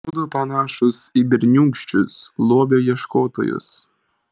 mudu panašūs į berniūkščius lobio ieškotojus